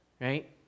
right